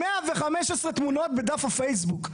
115 תמונות בדף הפייסבוק.